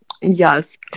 yes